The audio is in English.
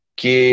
que